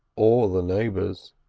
or the neighbours,